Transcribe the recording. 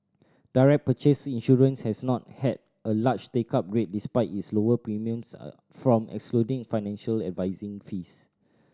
direct purchase insurance has not had a large take up rate despite its lower premiums a from excluding financial advising fees